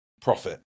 profit